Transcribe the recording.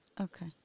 Okay